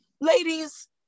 ladies